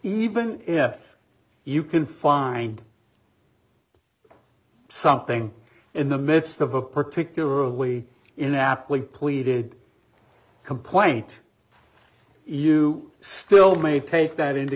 even if you can find something in the midst of a particular way inaptly pleaded complaint you still may take that into